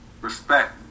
respect